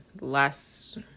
last